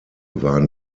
waren